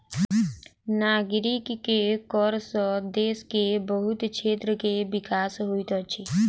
नागरिक के कर सॅ देश के बहुत क्षेत्र के विकास होइत अछि